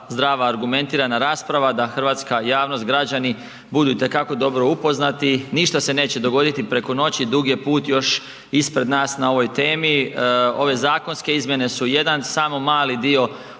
hrvatska javnost, građani budu itekako dobro upoznati. Ništa se neće dogoditi preko noći, dug je put još ispred nas na ovoj temi, ove zakonske izmjene su jedan samo mali dio ukupne